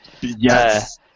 Yes